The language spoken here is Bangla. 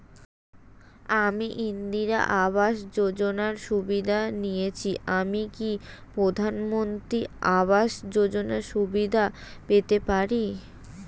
আমি ইন্দিরা আবাস যোজনার সুবিধা নেয়েছি আমি কি প্রধানমন্ত্রী আবাস যোজনা সুবিধা পেতে পারি?